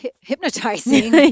hypnotizing